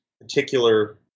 particular